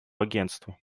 агентству